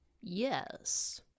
Yes